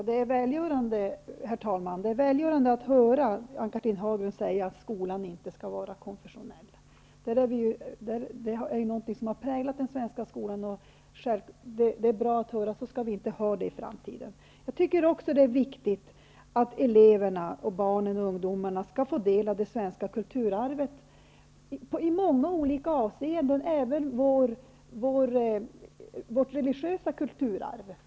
Herr talman! Det är välgörande att höra Ann Cathrine Haglund säga att skolan inte skall vara konfessionell. Det är något som har präglat den svenska skolan, och det är bra att höra att det skall vara så i framtiden. Det är också viktigt att eleverna, barnen och ungdomarna, får del av det svenska kulturarvet i många olika avseenden, även det religiösa kulturarvet.